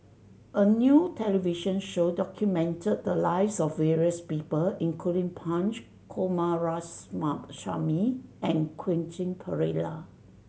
a new television show documented the lives of various people including Punch Coomaraswamy and Quentin Pereira